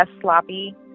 sloppy